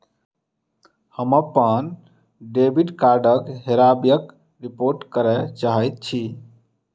हम अप्पन डेबिट कार्डक हेराबयक रिपोर्ट करय चाहइत छि